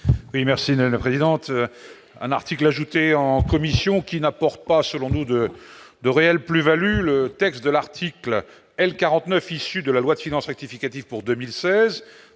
Oui merci ne la présidente un article ajouté en commission qui n'apporte pas, selon nous, de de réelle plus-Value, le texte de l'article L-49, issu de la loi de finances rectificative pour 2016